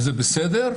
וזה בסדר,